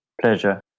pleasure